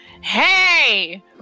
Hey